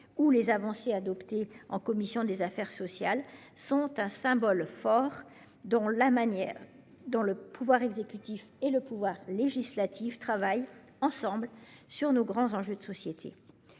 ou des avancées adoptées en commission des affaires sociales, sont un symbole fort de la manière dont le pouvoir exécutif et le pouvoir législatif travaillent ensemble sur nos grands enjeux de société.